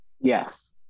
yes